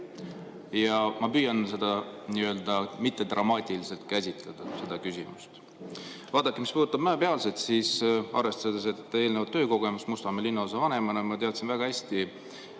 ja ma püüan nii-öelda mittedramaatiliselt käsitleda seda küsimust. Vaadake, mis puudutab Mäepealset, siis arvestades eelnevat töökogemust Mustamäe linnaosa vanemana, ma teadsin väga hästi,